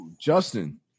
Justin